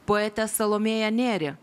poetę salomėją nėrį